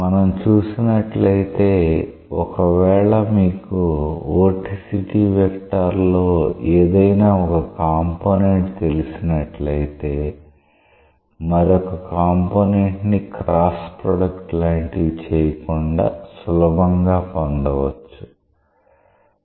మనం చూసినట్లయితే ఒకవేళ మీకు వోర్టిసిటీ వెక్టార్ లో ఏదైనా ఒక కాంపోనెంట్ తెలిసినట్లయితే మరొక కాంపోనెంట్ ని క్రాస్ ప్రొడక్ట్ లాంటివి చేయకుండా సులభంగా పొందవచ్చు